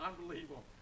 Unbelievable